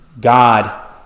God